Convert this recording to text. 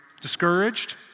discouraged